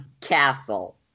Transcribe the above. castle